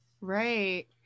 Right